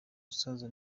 musaza